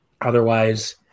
otherwise